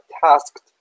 tasked